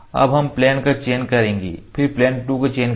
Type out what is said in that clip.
अब हम प्लेन का चयन करेंगे फिर प्लेन 2 का चयन करें